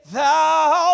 thou